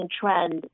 trend